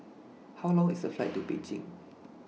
How Long IS The Flight to Beijing